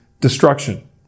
destruction